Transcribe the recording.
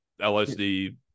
lsd